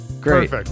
great